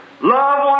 love